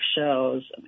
shows